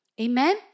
Amen